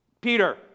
Peter